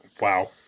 Wow